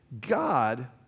God